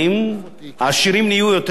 העשירים נהיו יותר עשירים,